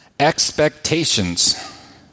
expectations